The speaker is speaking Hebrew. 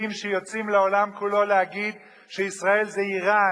שיוצאים לעולם כולו להגיד שישראל זה אירן,